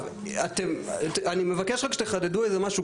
אני מבקש רק שתחדדו משהו,